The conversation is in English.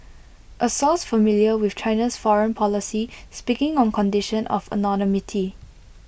A source familiar with China's foreign policy speaking on condition of anonymity